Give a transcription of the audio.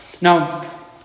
Now